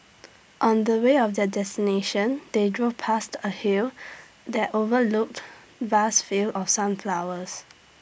on the way of their destination they drove past A hill that overlooked vast field of sunflowers